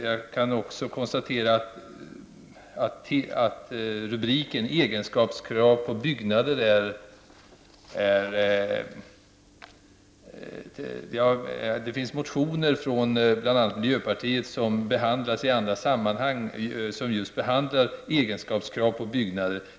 Jag konstaterar också att rubriken är Egenskapskrav på byggnader, och att det finns motioner från bl.a. miljöpartiet som behandlas i andra sammanhang och som just gäller egenskapskrav på byggnader.